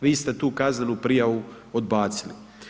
Vi ste tu kaznenu prijavu odbacili.